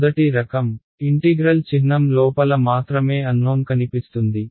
మొదటి రకం ఇంటిగ్రల్ చిహ్నం లోపల మాత్రమే అన్నోన్ కనిపిస్తుంది